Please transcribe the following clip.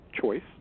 choice